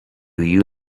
you